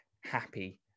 happy